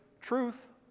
truth